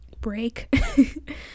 break